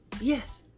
Yes